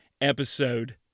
episode